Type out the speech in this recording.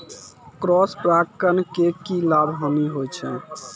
Cross परागण के की लाभ, हानि होय छै?